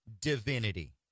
Divinity